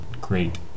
great